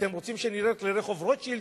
אתם רוצים שנלך לרחוב רוטשילד,